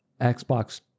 Xbox